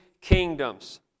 kingdoms